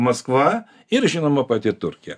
maskva ir žinoma pati turkija